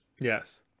yes